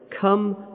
come